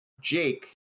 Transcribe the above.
Jake